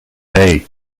hei